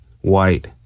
white